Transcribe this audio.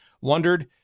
wondered